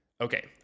Okay